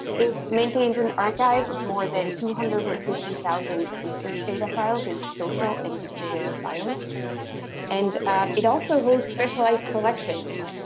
it maintains an archive of more than two hundred and fifty thousand research data files in the social and behavioral science and it also hosts specialized collections.